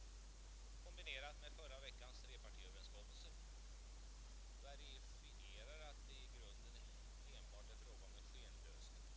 Prisstoppet har ett direkt samband med det gällande jordbruksavtalet. Jordbruket står inför en besvärlig situation, och för närvarande arbetar också en parlamentarisk utredning med att komma till rätta med de jordbrukspolitiska problemen.